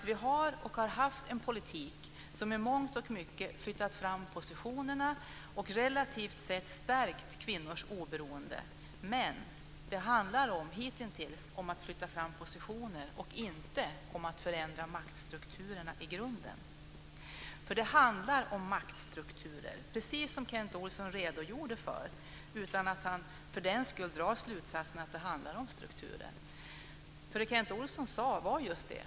Vi har och har haft en politik som i mångt och mycket har flyttat fram positionerna och relativt sett stärkt kvinnors oberoende. Men hitintills har det handlat om att flytta fram positioner och inte om att förändra maktstrukturerna i grunden. Det handlar om maktstrukturer, vilket är precis vad Kent Olsson redogjorde för utan att han för den skull drog slutsatsen att det handlar om strukturer. Det Kent Olsson sade var just det.